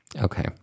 Okay